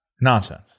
Nonsense